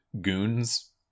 goons